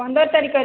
ପନ୍ଦର ତାରିଖରେ